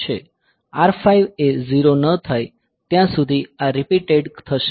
R5 એ 0 ન થાય ત્યાં સુધી આ રીપીટેડ થશે